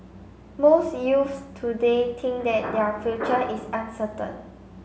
most youths today think that their future is uncertain